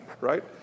right